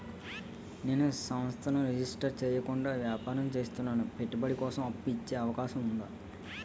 నేను సంస్థను రిజిస్టర్ చేయకుండా వ్యాపారం చేస్తున్నాను పెట్టుబడి కోసం అప్పు ఇచ్చే అవకాశం ఉందా?